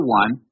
one